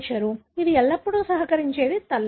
ఇది ఎల్లప్పుడూ సహకరించేది తల్లి